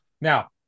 Now